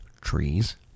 trees